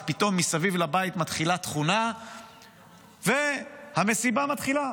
אז פתאום מסביב לבית מתחילה תכונה והמסיבה מתחילה.